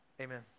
Amen